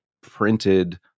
printed